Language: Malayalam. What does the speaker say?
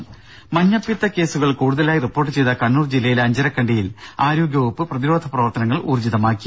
ദേദ മഞ്ഞപ്പിത്ത കേസുകൾ കൂടുതലായി റിപ്പോർട്ട് ചെയ്ത കണ്ണൂർ ജില്ലയിലെ അഞ്ചരക്കണ്ടിയിൽ ആരോഗ്യവകുപ്പ് പ്രതിരോധ പ്രവർത്തനങ്ങൾ ഊർജ്ജിതമാക്കി